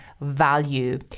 value